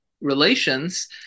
relations